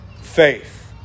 faith